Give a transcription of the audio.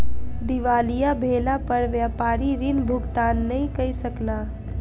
दिवालिया भेला पर व्यापारी ऋण भुगतान नै कय सकला